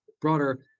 broader